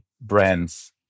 brands